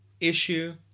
issue